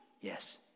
yes